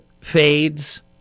fades